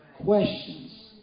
Questions